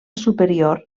superior